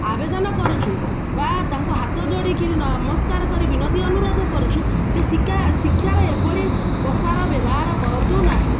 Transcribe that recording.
ଆବେଦନ କରୁଛୁ ବା ତା'ଙ୍କୁ ହାତ ଯୋଡ଼ିକିରି ନମସ୍କାର କରି ବିନତି ଅନୁରୋଧ କରୁଛୁ ଯେ ଶିକ୍ଷା ଶିକ୍ଷାର ଏଭଳି ପ୍ରସାର ବ୍ୟବହାର କରନ୍ତୁ ନାହିଁ